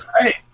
great